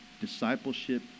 discipleship